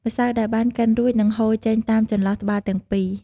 ម្សៅដែលបានកិនរួច នឹងហូរចេញតាមចន្លោះត្បាល់ទាំងពីរ។